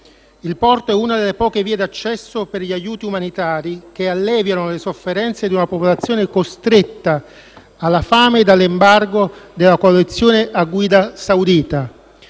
Il porto è una delle poche vie d'accesso per gli aiuti umanitari che alleviano le sofferenze di una popolazione costretta alla fame dall'embargo della coalizione a guida saudita.